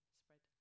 spread